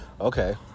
okay